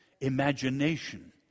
imagination